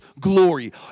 glory